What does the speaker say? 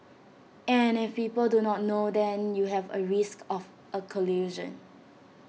and if people do not know then you have A risk of A collision